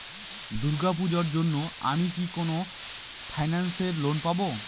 দূর্গা পূজোর জন্য আমি কি কোন ফাইন্যান্স এ লোন পাবো?